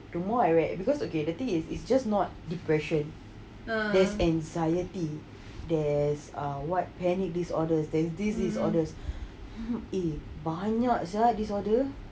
the more I read because okay the thing is it's just not depression there's anxiety there's uh what panic disorders there's these disorders eh banyak sia disorder